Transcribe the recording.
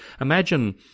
imagine